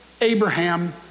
Abraham